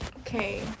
Okay